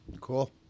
Cool